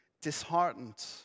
disheartened